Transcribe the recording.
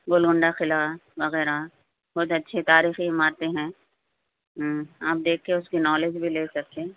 گولکنڈہ قلعہ وغیرہ بہت اچھی تاریخی عمارتیں ہیں آپ دیکھ کے اُس کی نالج بھی لے سکتے ہیں